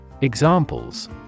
Examples